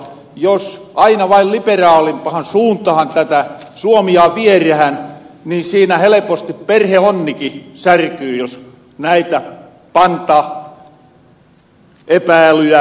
jos aina vain liberaalimpahan suuntahan tätä suomia vierähän niin siinä heleposti perheonnikin särkyy jos näitä pantaepäilyjä vierähän kotia